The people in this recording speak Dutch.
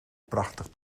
prachtig